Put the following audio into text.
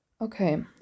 Okay